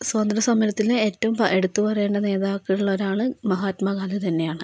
സ്വാതന്ത്ര്യ സമരത്തിൽ ഏറ്റവും എടുത്തു പറയേണ്ട നേതാക്കളിൽ ഒരാൾ മഹാത്മാഗാന്ധി തന്നെയാണ്